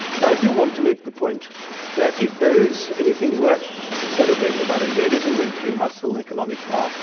and i do want to make the point that if there is anything worth celebrating about india, it isn't military muscle, economic power.